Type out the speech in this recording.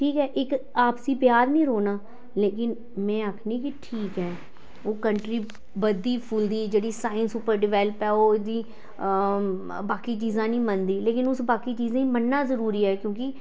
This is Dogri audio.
ठीक ऐ इक आपसी प्यार निं रौह्ना लेकिन में आक्खनी कि ठीक ऐ ओह् कंट्री बधदी फुलदी जेह्ड़ी साइंस उप्पर डेवलप ऐ ओह् ओह्दी बाकी चीजां निं मनदी लेकिन उस बाकी चीजें गी मनन्ना जरूरी ऐ